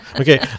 Okay